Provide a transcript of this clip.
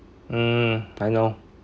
hmm I know